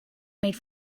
made